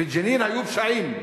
בג'נין היו פשעים.